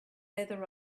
leather